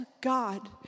God